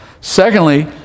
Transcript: Secondly